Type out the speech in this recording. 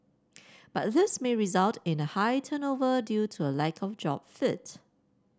but this may result in a high turnover due to a lack of job fit